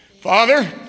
Father